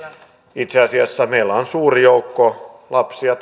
itse asiassa meillä on tänä päivänäkin suuri joukko lapsia